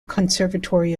conservatory